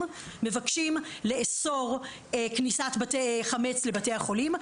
מבקשים לאסור כניסת חמץ לבתי החולים,